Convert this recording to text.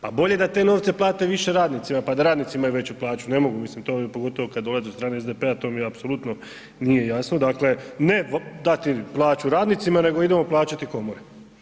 Pa bolje da te novce plate više radnicima pa da radnici imaju veću plaću, ne mogu mislim to, pogotovo kad dolazi od strane SDP-a, to mi apsolutno nije jasno, dakle ne dati plaću radnicima nego idemo plaćati komori.